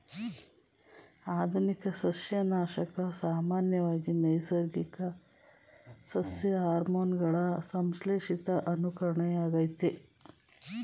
ಆಧುನಿಕ ಸಸ್ಯನಾಶಕ ಸಾಮಾನ್ಯವಾಗಿ ನೈಸರ್ಗಿಕ ಸಸ್ಯ ಹಾರ್ಮೋನುಗಳ ಸಂಶ್ಲೇಷಿತ ಅನುಕರಣೆಯಾಗಯ್ತೆ